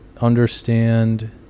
understand